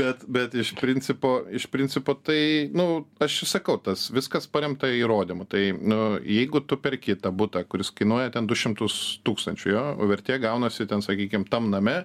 bet bet iš principo iš principo tai nu aš ir sakau tas viskas paremta įrodymų tai nu jeigu tu perki tą butą kuris kainuoja ten du šimtus tūkstančių jo vertė gaunasi ten sakykim tam name